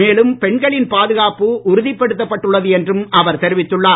மேலும் பெண்களின் பாதுகாப்பு உறுதிப்படுத்தப்பட்டுள்ளது என்றும் அவர் தெரிவித்துள்ளார்